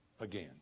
again